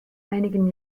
einigen